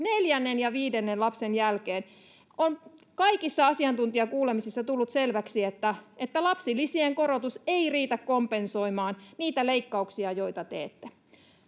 neljännen ja viidennen lapsen jälkeen. On kaikissa asiantuntijakuulemisissa tullut selväksi, että lapsilisien korotus ei riitä kompensoimaan niitä leikkauksia, joita teette.